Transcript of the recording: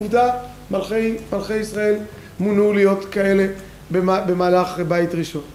עובדה, מלכי ישראל מונעו להיות כאלה במהלך בית ראשון.